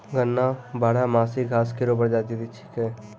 गन्ना बारहमासी घास केरो प्रजाति छिकै